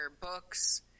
books